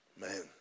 Man